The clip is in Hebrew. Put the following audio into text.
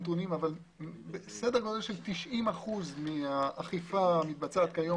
סדר גודל של 90% מהאכיפה המתבצעת היום